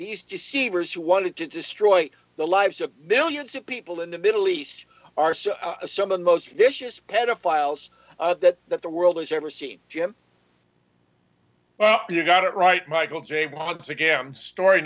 who wanted to destroy the lives of millions of people in the middle east are so some of the most vicious pedophiles that that the world has ever seen jim well you got it right michael j once again story